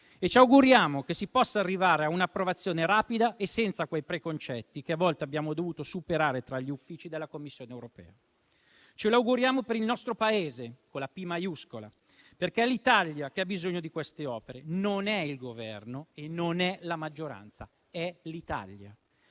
e ci auguriamo che si possa arrivare a un'approvazione rapida e senza quei preconcetti che a volte abbiamo dovuto superare tra gli uffici della Commissione europea. Ce lo auguriamo per il nostro Paese, con la P maiuscola, perché è l'Italia che ha bisogno di queste opere, non il Governo o la maggioranza; è l'Italia,